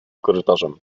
korytarzem